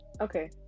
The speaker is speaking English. okay